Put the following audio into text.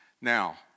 Now